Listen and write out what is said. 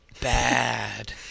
bad